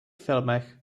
filmech